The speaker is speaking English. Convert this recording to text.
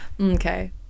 Okay